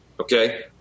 okay